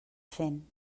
fent